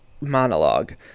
monologue